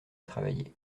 travailler